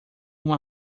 uma